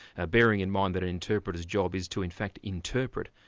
ah bearing in mind that an interpreter's job is to in fact interpret,